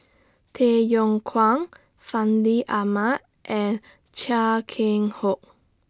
Tay Yong Kwang Fandi Ahmad and Chia Keng Hock